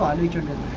region and